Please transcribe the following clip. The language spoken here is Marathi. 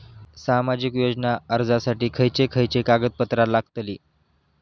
सामाजिक योजना अर्जासाठी खयचे खयचे कागदपत्रा लागतली?